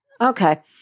Okay